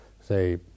say